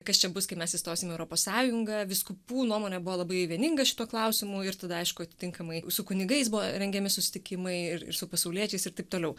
kas čia bus kai mes įstosim į europos sąjungą vyskupų nuomonė buvo labai vieninga šituo klausimu ir tada aišku atitinkamai su kunigais buvo rengiami susitikimai ir ir su pasauliečiais ir taip toliau